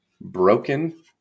broken